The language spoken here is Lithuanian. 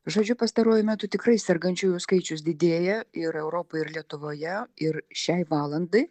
žodžiu pastaruoju metu tikrai sergančiųjų skaičius didėja ir europoj ir lietuvoje ir šiai valandai